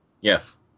Yes